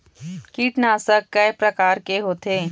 कीटनाशक कय प्रकार के होथे?